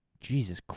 Jesus